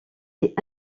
est